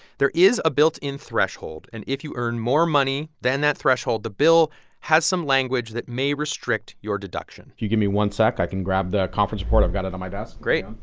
there is a built-in threshold. and if you earn more money than that threshold, the bill has some language that may restrict your deduction if you give me one sec, i can grab the conference report. i've got it on my desk great